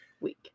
week